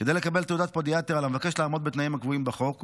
כדי לקבל תעודת פודיאטר על המבקש לעמוד בתנאים הקבועים בחוק,